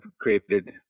created